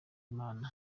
imana